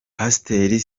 pasiteri